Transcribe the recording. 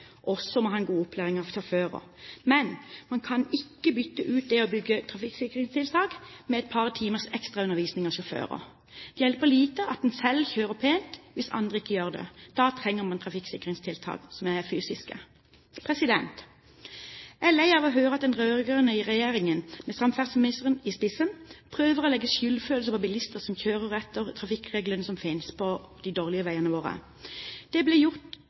også må ha god opplæring av sjåfører. Men man kan ikke bytte ut det å bygge trafikksikringstiltak med et par timers ekstra undervisning av sjåfører. Det hjelper lite at en selv kjører pent, hvis andre ikke gjør det. Da trenger man fysiske trafikksikringstiltak. Jeg er lei av å høre at den rød-grønne regjeringen med samferdselsministeren i spissen prøver å gi bilister som kjører på de dårlige veiene våre etter de trafikkreglene som finnes, skyldfølelse. Det blir gjort